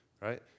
right